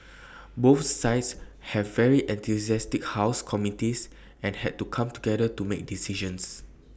both sides have very enthusiastic house committees and had to come together to make decisions